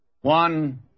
One